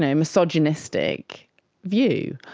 and misogynistic view.